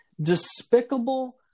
despicable